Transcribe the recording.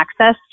access